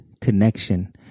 connection